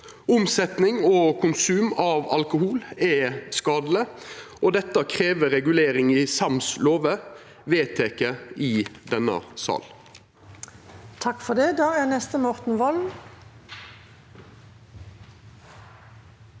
Omsetning og konsum av alkohol er skadeleg, og dette krev regulering i sams lover vedtekne i denne sal.